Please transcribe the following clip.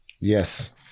Yes